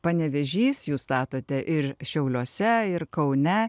panevėžys jūs statote ir šiauliuose ir kaune